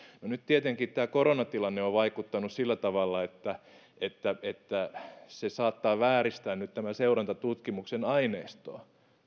nyt tietenkin tämä koronatilanne on vaikuttanut sillä tavalla että että se saattaa vääristää nyt tämän seurantatutkimuksen aineistoa